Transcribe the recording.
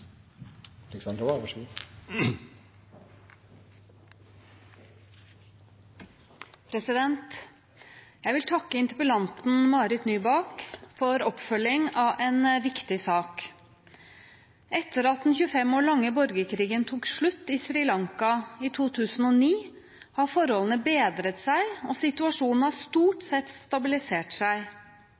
Jeg vil takke interpellanten Marit Nybakk for oppfølging av en viktig sak. Etter at den 25 år lange borgerkrigen tok slutt i Sri Lanka i 2009, har forholdene bedret seg, og situasjonen har stort sett stabilisert seg,